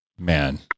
man